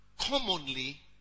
commonly